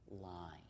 line